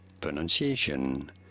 Pronunciation